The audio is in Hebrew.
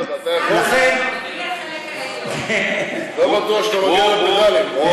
לא בטוח שאתה מגיע לפדלים.